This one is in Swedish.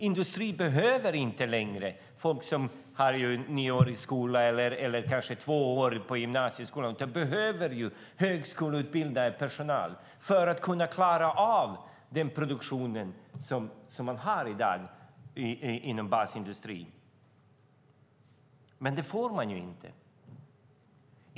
Industrin behöver inte längre människor som har nioårig skola eller kanske två år på gymnasieskolan. Den behöver högskoleutbildad personal för att kunna klara av den produktion man har i dag inom basindustrin. Men det får den inte.